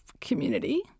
community